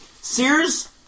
Sears